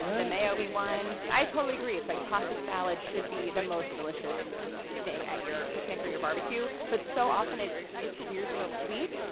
the mayo-y one? i totally agree. it's like pasta salad should be the most delicious thing at your picnic or your barbecue, but so often it's it's weirdly sweet,